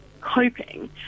coping